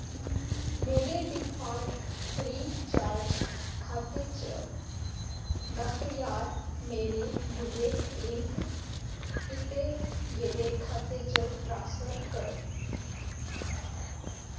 मेरे default free charge खाते च दस ज्हार मेरे दुए लिंक कीते गेदे खाते च ट्रांसफर करो